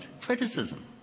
criticism